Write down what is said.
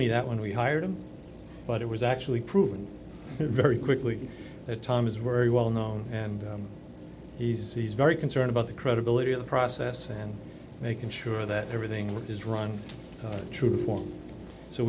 me that when we hired him but it was actually proven very quickly that tom is very well known and he says he's very concerned about the credibility of the process and making sure that everything is run true form so